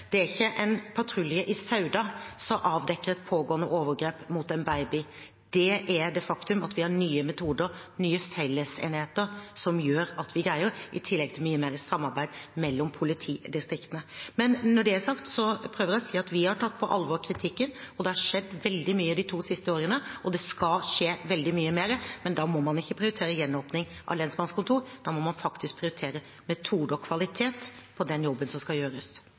Det er ikke en patrulje i Sauda som avdekker et pågående overgrep mot en baby. Det er det faktum at vi har nye metoder og nye fellesenheter som gjør at vi greier det – i tillegg til mye mer samarbeid mellom politidistriktene. Men når det er sagt, prøver jeg å si at vi har tatt på alvor kritikken, og det har skjedd veldig mye de to siste årene. Det skal skje veldig mye mer, men da må man ikke prioritere gjenåpning av lensmannskontorer. Da må man faktisk prioritere metode og kvalitet på den jobben som skal gjøres.